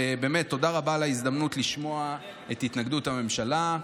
ובאמת תודה רבה על ההזדמנות לשמוע את התנגדות הממשלה,